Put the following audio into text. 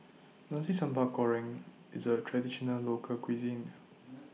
Nasi Sambal Goreng IS A Traditional Local Cuisine